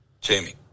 Jamie